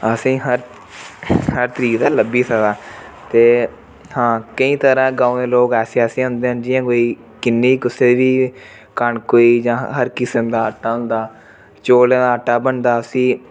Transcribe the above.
असेंगी हर तरीक दा लब्भी सकदा ते हां केईं तरह गांव दे लोग ऐसे ऐसे होंदे न जियां कोई किन्नी कुसै दी कनक होई जां हर किसम दा आटा होंदा चौलें दा आटा बनदा उसी